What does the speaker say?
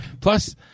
Plus